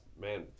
man